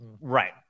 right